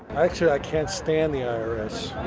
actually i can't stand the i r s.